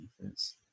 defense